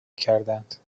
کردند